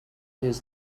his